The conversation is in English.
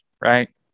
right